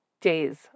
days